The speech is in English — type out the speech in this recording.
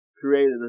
created